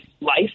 life